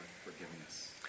Forgiveness